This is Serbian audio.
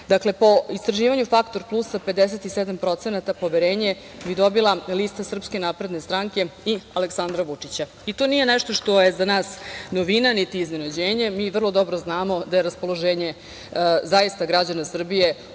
po istraživanju "Faktor plusa" sa 57% poverenje bi dobila lista SNS i Aleksandra Vučića i to nije nešto što je za nas novina, niti iznenađenje. Mi vrlo dobro znamo da je raspoloženje zaista građana Srbije